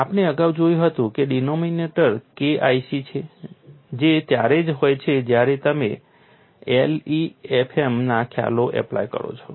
આપણે અગાઉ જોયું હતું કે ડિનોમિનેટર K IC છે જે ત્યારે જ હોય છે જ્યારે તમે LEFM ના ખ્યાલો એપ્લાય કરો છો